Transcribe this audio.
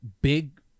big